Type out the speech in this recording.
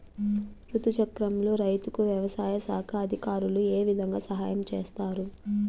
రుతు చక్రంలో రైతుకు వ్యవసాయ శాఖ అధికారులు ఏ విధంగా సహాయం చేస్తారు?